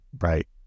Right